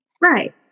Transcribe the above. Right